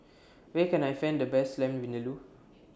Where Can I Find The Best Lamb Vindaloo